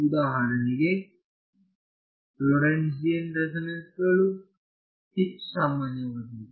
ಉದಾಹರಣೆಗೆ Lorentzian resonance ನಗಳು ಹೆಚ್ಚು ಸಾಮಾನ್ಯವಾದವು